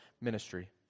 ministry